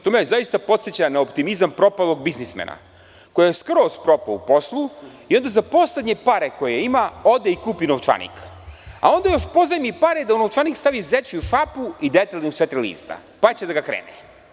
To me zaista podseća na optimizam propalog biznismena koji je skroz propao u poslu i onda za poslednje pare koje ima ode i kupi novčanik, a onda još pozajmi pare da u novčanik stavi zečju šapu i detelinu sa četiri lista pa će da ga krene.